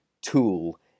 tool